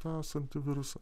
tą esantį virusą